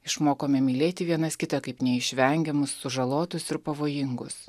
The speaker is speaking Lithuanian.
išmokome mylėti vienas kitą kaip neišvengiamus sužalotus ir pavojingus